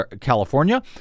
California